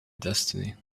destiny